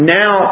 now